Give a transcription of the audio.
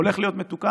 זה הולך להיות מתוקן.